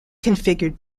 configured